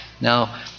Now